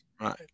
Right